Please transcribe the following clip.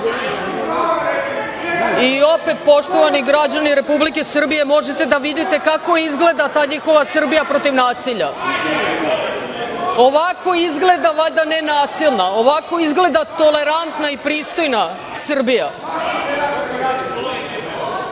i opet, poštovani građani Republike Srbije, možete da vidite kako izgleda ta njihova Srbija protiv nasilja. Ovako izgleda valjda nenasilna, ovako izgleda tolerantna i pristojna Srbija.